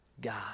God